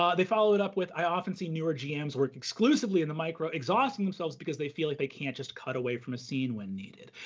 um they follow it up with, i often see newer gm's work exclusively in the micro, exhausting themselves because they feel like they can't just cut away from a scene when needed.